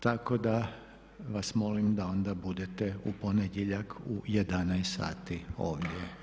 Tako da vas molim da onda budete u ponedjeljak u 11,00 sati ovdje.